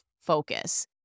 focus